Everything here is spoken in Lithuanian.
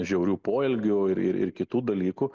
žiaurių poelgių ir ir ir kitų dalykų